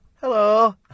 Hello